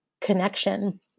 connection